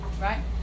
right